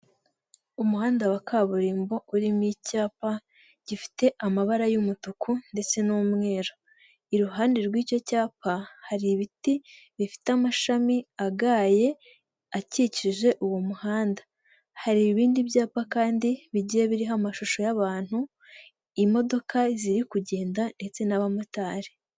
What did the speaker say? Umuhanda wa kaburimbo urimo icyapa gifite amabara y'umutuku ndetse n'umweru, iruhande rw'icyo cyapa hari ibiti bifite amashami agaye akikije uwo muhanda, hari ibindi byapa kandi bigiye biriho amashusho y'abantu, imodoka ziri kugenda ndetse n'abamotari.